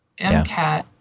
MCAT